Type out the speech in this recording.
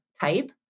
type